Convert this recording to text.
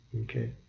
Okay